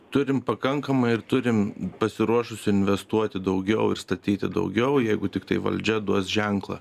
turim pakankamai ir turim pasiruošus investuoti daugiau ir statyti daugiau jeigu tiktai valdžia duos ženklą